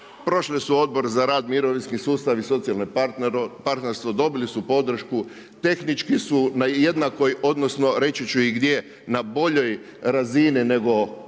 prošli su Odbor za rad i mirovinski sustav i socijalno partnerstvo, dobili su podršku, tehnički su na jednakoj odnosno reći ću i gdje, na boljoj razini nego izvješće